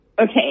Okay